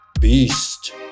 beast